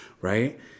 Right